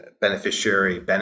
beneficiary